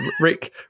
Rick